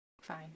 Fine